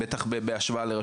בטח בהשוואה לרשות מקומית.